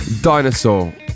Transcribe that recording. Dinosaur